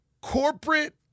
corporate